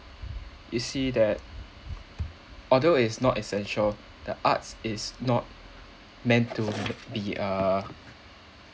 you see that although is not essential the arts is not meant to be a